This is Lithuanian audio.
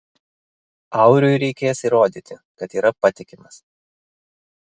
auriui reikės įrodyti kad yra patikimas